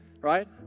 right